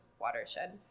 watershed